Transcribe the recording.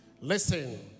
Listen